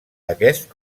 aquest